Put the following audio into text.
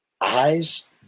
Eyes